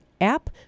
app